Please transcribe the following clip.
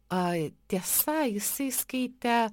ai tiesa jisai skaitė